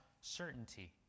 certainty